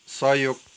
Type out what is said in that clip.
सहयोग